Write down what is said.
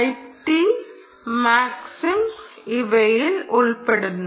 TI Maxim ഇവയിൽ ഉൾപ്പെടുന്നു